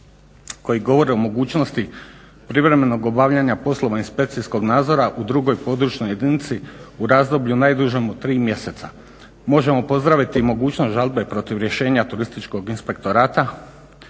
koji govori o mogućnosti privremenog obavljanja poslova inspekcijskog nadzora u drugoj područnoj jedinici u razdoblju najdužem od 3 mjeseca. Možemo pozdraviti i mogućnost žalbe protiv rješenja turističkog inspektorata